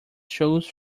shoes